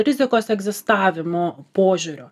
rizikos egzistavimo požiūrio